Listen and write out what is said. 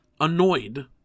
annoyed